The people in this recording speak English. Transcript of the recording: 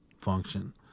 function